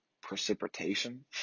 precipitation